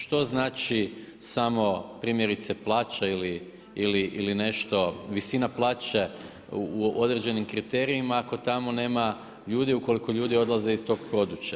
Što znači samo primjerice plaća ili nešto visina plaće u određenim kriterijima ako tamo nema ljudi ukoliko ljudi odlaze iz tog područja.